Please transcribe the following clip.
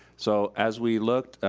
so as we looked,